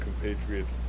compatriots